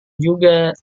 juga